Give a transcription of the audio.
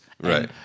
Right